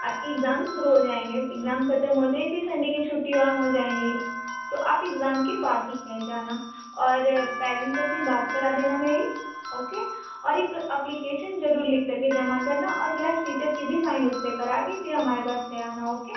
आपके इक्ज़ाम शुरू हो जाएंगे इक्ज़ाम ख़त्म होते ही फिर ठंडी की छुट्टी वहाँ हो जाएंगी तो आप इक्ज़ाम के बाद ही कहीं जाना और पैरेंट्स से अपने बात करा देना मेरी ओके और इक अप्लीकेसन ज़रूर लिख कर के जमा करना और क्लास टीचर के भी साइन उस पर करा के इसे हमारे पास ले आना ओके